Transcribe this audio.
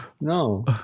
No